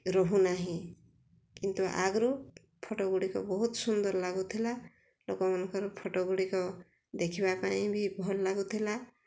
ରହୁନାହିଁ କିନ୍ତୁ ଆଗରୁ ଫଟୋଗୁଡ଼ିକ ବହୁତ ସୁନ୍ଦର ଲାଗୁଥିଲା ଲୋକମାନଙ୍କର ଫଟୋଗୁଡ଼ିକ ଦେଖିବା ପାଇଁ ବି ଭଲ ଲାଗୁଥିଲା